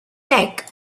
neck